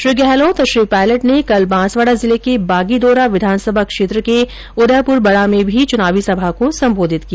श्री गहलोत और श्री पायलट ने कल बांसवाडा जिले के बागीदौरा विधानसभा क्षेत्र के उदयप्राबडा में भी च्नावी सभा को संबोधित किया